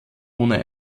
ohne